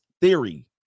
theory